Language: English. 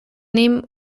name